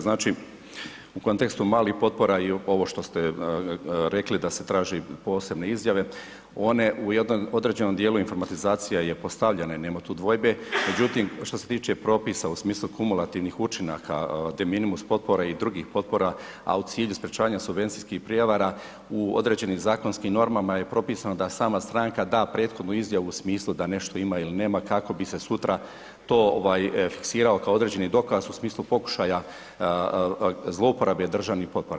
Znači, u kontekstu malih potpora i ovo što ste rekli da se traži posebne izjave, one u jednom određenom dijelu informatizacija je postavljena i nema tu dvojbe, međutim što se tiče propisa u smislu kumulativnih učinaka, deminimus potpore i drugih potpora, a u cilju sprječavanja subvencijskih prijevara u određenim zakonskim normama je propisano da sama stranka da prethodnu izjavu u smislu da nešto ima ili nema kako bi se sutra to ovaj fiksirao kao određeni dokaz u smislu pokušaja zlouporabe državnih potpora.